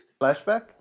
Flashback